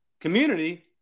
community